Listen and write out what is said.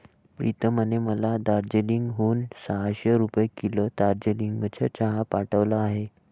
प्रीतमने मला दार्जिलिंग हून सहाशे रुपये किलो दार्जिलिंगचा चहा पाठवला आहे